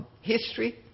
history